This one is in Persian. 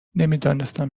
نمیدانستم